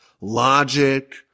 logic